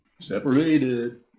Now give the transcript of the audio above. Separated